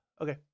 Okay